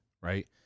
right